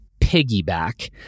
piggyback